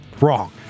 wrong